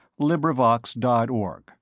LibriVox.org